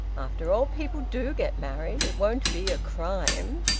after all, people do get married. it won't be a crime.